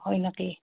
হয় নেকি